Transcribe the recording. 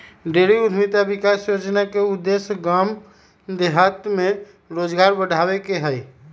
dairy उद्यमिता विकास योजना के उद्देश्य गाम देहात में रोजगार बढ़ाबे के हइ